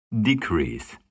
decrease